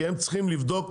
כי הם צריכים לבדוק,